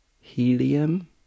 Helium